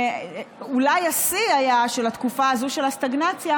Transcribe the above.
ואולי השיא היה של התקופה הזו של הסטגנציה,